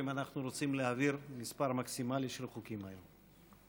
אם אנחנו רוצים להעביר מספר מקסימלי של חוקים היום.